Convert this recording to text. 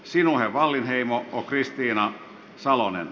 sinuhe wallinheimo okristiina salonen